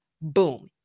Boom